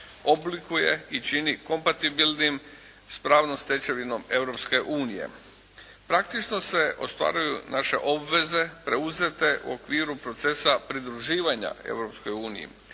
oblikuje i čini kompatibilnim s pravnom stečevinom Europske unije. Praktično se ostvaruju naše obveze preuzete u okviru procesa pridruživanja